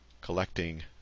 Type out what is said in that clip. collecting